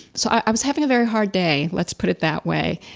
so, i was having a very hard day, let's put it that way.